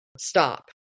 Stop